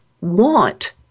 want